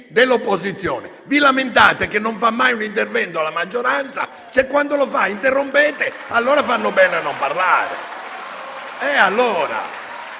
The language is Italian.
dell'opposizione. Vi lamentate che non fa mai un intervento la maggioranza. Se quando lo fa interrompete, allora fanno bene a non parlare.